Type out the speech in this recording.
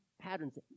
patterns